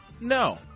no